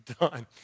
done